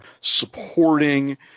supporting